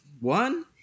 one